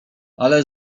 ale